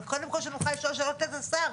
אבל קודם כל שנוכל לשאול שאלות את השר.